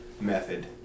method